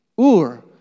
Ur